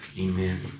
Amen